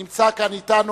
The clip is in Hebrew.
הנמצא כאן אתנו.